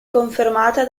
confermata